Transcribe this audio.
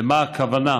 למה הכוונה?